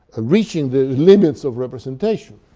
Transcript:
ah reaching the limits of representation,